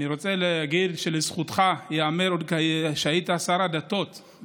אני רוצה להגיד שלזכותך ייאמר שעוד כשהיית שר הדתות,